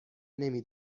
نمی